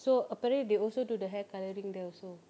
so apparently they also do the hair colouring there also